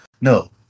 No